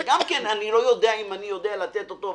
שאני לא בטוח שאני יודע לתת לו פתרון,